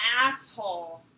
asshole